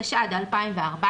התשע"ד-2014,